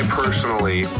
personally